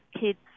kids